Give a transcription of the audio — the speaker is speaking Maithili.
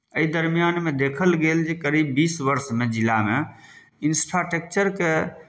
एहि दरम्यानमे देखल गेल जे करीब बीस वर्षमे जिलामे इन्स्थाटेक्चरके